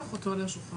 יש לך אותו על השולחן.